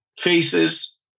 faces